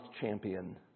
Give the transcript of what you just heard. champion